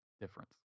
difference